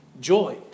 Joy